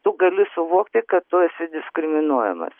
tu gali suvokti kad tu esi diskriminuojamas